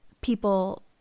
people